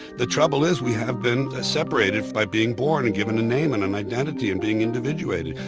the trouble is we have been ah separated by being born and given a name and an identity and being individuated.